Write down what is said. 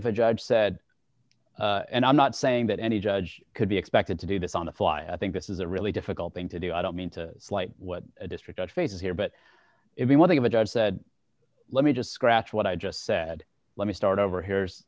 if a judge said and i'm not saying that any judge could be expected to do this on the fly i think this is a really difficult thing to do i don't mean to slight what a district judge faces here but if you want to have a judge said let me just scratch what i just said let me start over here's